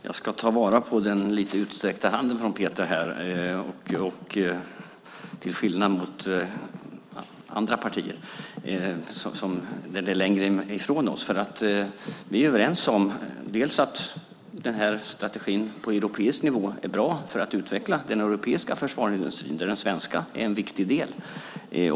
Fru talman! Jag ska ta vara på den lite utsträckta handen från Peter, till skillnad från andra partier som är längre ifrån oss. Vi är nämligen överens om att den här strategin på europeisk nivå är bra för att utveckla den europeiska försvarsindustrin, där den svenska är en viktig del.